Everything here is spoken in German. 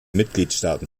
mitgliedstaaten